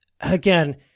again